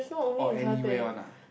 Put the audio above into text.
or anywhere one ah